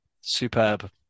Superb